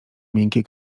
miękkie